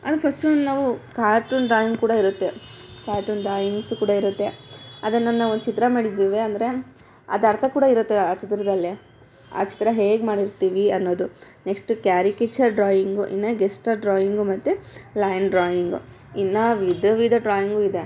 ಅದು ಫಸ್ಟ್ ಒಂದು ನಾವು ಕಾರ್ಟೂನ್ ಡ್ರಾಯಿಂಗ್ ಕೂಡ ಇರುತ್ತೆ ಕಾರ್ಟೂನ್ ಡ್ರಾಯಿಂಗ್ಸ್ ಕೂಡ ಇರುತ್ತೆ ಅದನ್ನು ನಾವು ಒಂದು ಚಿತ್ರ ಮಾಡಿದ್ದೀವಿ ಅಂದರೆ ಅದು ಅರ್ಥ ಕೂಡ ಇರುತ್ತೆ ಆ ಚಿತ್ರದಲ್ಲೇ ಆ ಚಿತ್ರ ಹೇಗೆ ಮಾಡಿರ್ತೀವಿ ಅನ್ನೋದು ನೆಕ್ಸ್ಟ್ ಕ್ಯಾರಿಕೇಚರ್ ಡ್ರಾಯಿಂಗು ಇನ್ನು ಗೆಸ್ಟರ್ ಡ್ರಾಯಿಂಗು ಮತ್ತು ಲೈನ್ ಡ್ರಾಯಿಂಗು ಇನ್ನು ವಿಧ ವಿಧ ಡ್ರಾಯಿಂಗೂ ಇದೆ